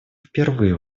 впервые